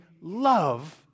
love